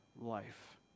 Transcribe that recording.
life